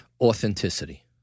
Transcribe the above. Authenticity